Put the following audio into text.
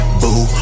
boo